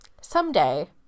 Someday